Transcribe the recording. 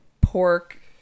pork